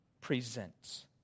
presents